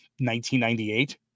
1998